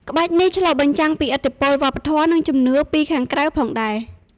ក្បាច់នេះឆ្លុះបញ្ចាំងពីឥទ្ធិពលវប្បធម៌ និងជំនឿពីខាងក្រៅផងដែរ។